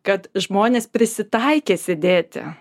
kad žmonės prisitaikė sėdėti